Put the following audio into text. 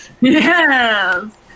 Yes